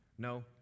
No